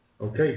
okay